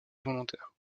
involontaire